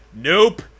Nope